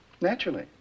Naturally